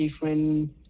different